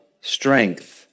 strength